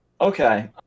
Okay